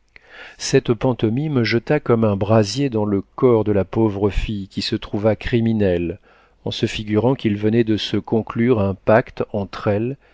cette pantomime jeta comme un brasier dans le corps de la pauvre fille qui se trouva criminelle en se figurant qu'il venait de se conclure un pacte entre elle